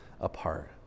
apart